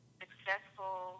successful